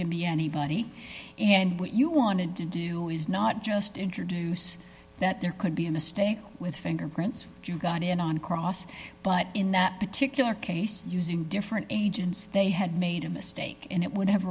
can be anybody and what you wanted to do is not just introduce that there could be a mistake with fingerprints if you got in on cross but in that particular case using different agents they had made a mistake and it would have